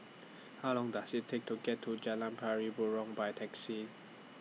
How Long Does IT Take to get to Jalan Pari Burong By Taxi